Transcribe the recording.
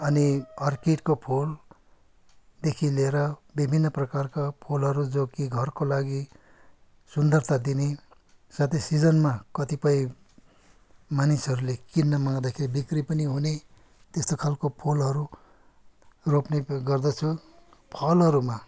अनि अर्किडको फुलदेखि लिएर विभिन्न प्रकारका फुलहरू जो कि घरको लागि सुन्दरता दिने साथै सिजनमा कतिपय मानिसहरूले किन्न माग्दाखेरि बिक्री पनि हुने त्यस्तो खालको फुलहरू रोप्ने गर्दछु फलहरूमा